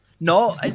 No